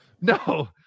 No